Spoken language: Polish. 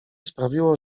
sprawiło